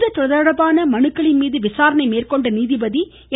இதுதொடர்பான மனுக்களின் மீது விசாரணை மேற்கொண்ட நீதிபதி என்